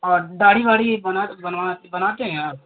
और दाढ़ी वाढ़ी बना बनवा बनाते हैं आप